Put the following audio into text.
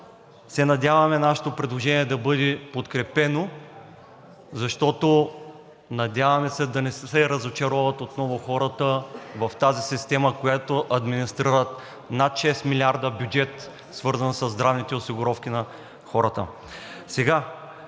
Надяваме се нашето предложение да бъде подкрепено, надяваме се да не се разочароват отново хората в тази система, в която администрират над 6 милиарда бюджет, свързан със здравните осигуровки на хората.